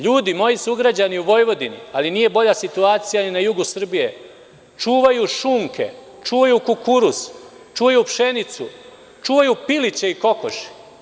Ljudi, moji sugrađani u Vojvodini, ali nije bolja situacija ni na jugu Srbije, čuvaju šunke, čuvaju kukuruz, čuvaju pšenicu, čuvaju piliće i kokoši.